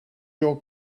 your